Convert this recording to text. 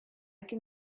can